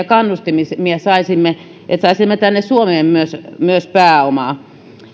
kannustimia saisimme että saisimme tänne suomeen myös myös pääomaa